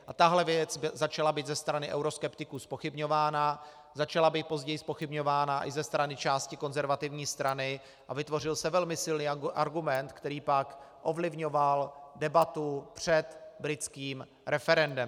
A tahle věc začala být ze strany euroskeptiků zpochybňována, začala být později zpochybňována i ze strany části Konzervativní strany a vytvořil se velmi silný argument, který pak ovlivňoval debatu před britským referendem.